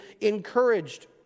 encouraged